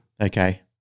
Okay